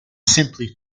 simply